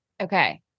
Okay